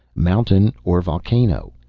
mountain or volcano.